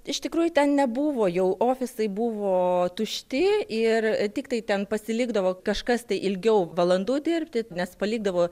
iš tikrųjų ten nebuvo jau ofisai buvo tušti ir tiktai ten pasilikdavo kažkas tai ilgiau valandų dirbti nes palikdavo